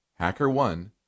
HackerOne